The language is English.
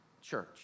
church